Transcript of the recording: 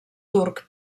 turc